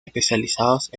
especializados